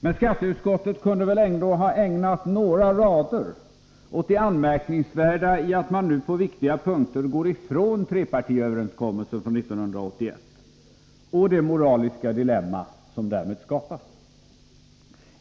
Men skattutskottet kunde väl ändå ha ägnat några rader åt det anmärkningsvärda i att man nu på viktiga punkter går ifrån trepartiöverenskommelsen från 1981, med det moraliska dilemma som därmed skapas.